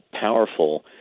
powerful